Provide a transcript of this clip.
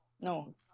No